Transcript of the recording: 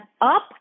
up